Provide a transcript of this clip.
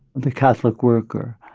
the catholic worker.